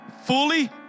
fully